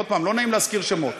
עוד פעם, לא נעים להזכיר שמות.